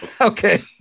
Okay